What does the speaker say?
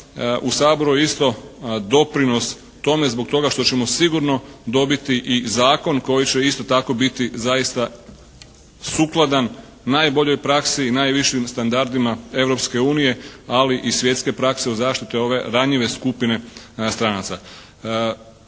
u Saboru je isto doprinos tome zbog toga što ćemo sigurno dobiti i zakon koji će isto tako biti zaista sukladan najboljoj praksi i najvišim standardima Europske unije, ali i svjetske prakse o zaštiti ove ranjive skupine stranaca.